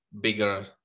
bigger